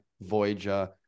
Voyager